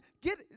Get